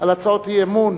על הצעות אי-אמון,